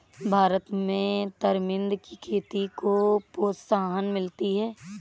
भारत में तरमिंद की खेती को प्रोत्साहन मिलनी चाहिए